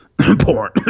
porn